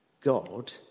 God